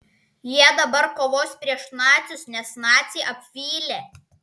jie dabar kovos prieš nacius nes naciai apvylė